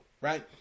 right